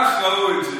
כך ראו את זה.